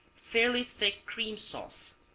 fairly thick cream sauce.